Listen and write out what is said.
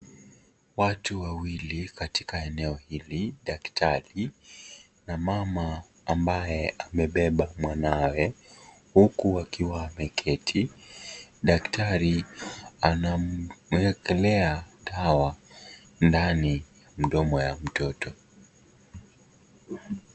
Watu wawili katika eneo hili daktari na mama na ambaye amebeba mwanaye huku wakiwa wameketi, daktari anamwekelea dawa ndani mdomo ya mtoto.